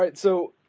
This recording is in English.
but so,